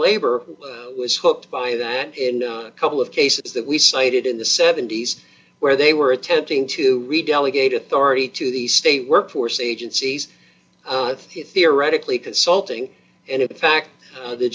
labor was hooked by that in a couple of cases that we cited in the seventy's where they were attempting to read delegate authority to the state workforce agencies theoretically consulting and in fact the she